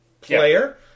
player